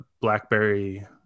blackberry